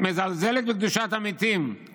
מזלזלת בקדושת המתים,